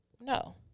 No